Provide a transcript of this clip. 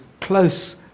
close